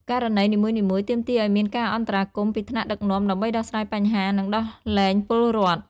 ករណីនីមួយៗទាមទារឱ្យមានការអន្តរាគមន៍ពីថ្នាក់ដឹកនាំ ដើម្បីដោះស្រាយបញ្ហា និងដោះលែងពលរដ្ឋ។